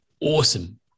awesome